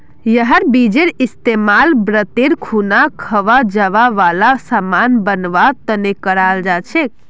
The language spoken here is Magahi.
यहार बीजेर इस्तेमाल व्रतेर खुना खवा जावा वाला सामान बनवा तने कराल जा छे